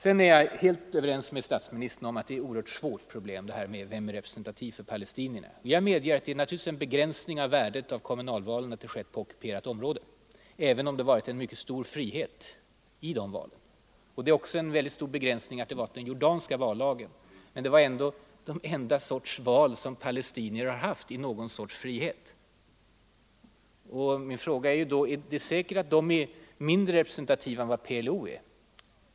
Jag är helt överens med statsministern om att det är ett oerhört svårt problem att fastslå vem som är representativ för palestinierna. Jag medger att det naturligtvis är en begränsning av värdet av kommunalvalen på Västbanken att de ägde rum på ockuperat område, även om det varit en mycket stor frihet i de valen. Det är också en begränsning att det var den jordanska vallagen som tillämpades. Men det var ändå den enda sorts val som palestinier deltagit i som har haft någon sorts frihet. Min fråga är då: är det säkert att de valda för Västbanken är mindre representativa än vad PLO är?